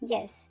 Yes